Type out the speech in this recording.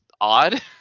odd